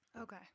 Okay